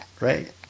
Right